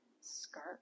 skirt